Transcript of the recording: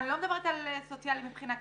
אני לא מדברת על סוציאלי מבחינה כלכלית.